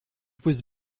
was